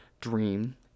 Dream